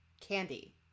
candy